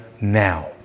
Now